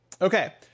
okay